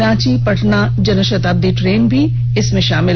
Ranchi Patna Janshatabdi train भी इसमें शामिल